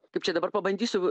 kaip čia dabar pabandysiu